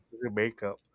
makeup